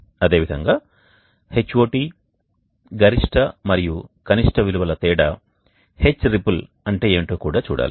అదే విధంగా Hot గరిష్ట మరియు కనిష్ట విలువల తేడా Hripple అంటే ఏమిటో కూడా చూడాలి